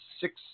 six